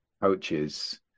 coaches